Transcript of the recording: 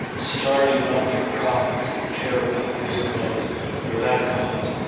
starting not-for-profits that care about this cause or that cause.